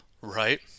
right